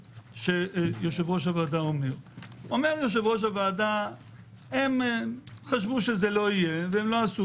אומר יושב ראש הוועדה שמכיוון שהם חשבו שזה לא יהיה הם לא עשו